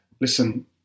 listen